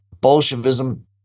Bolshevism